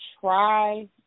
try